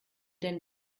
denn